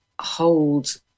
hold